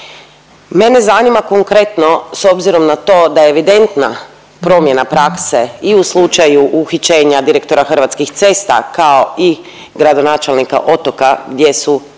Mene zanima konkretno s obzirom na to da je evidentna promjena prakse i u slučaju uhićenja direktora Hrvatskih cesta kao i gradonačelnika Otoka, gdje su